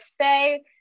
say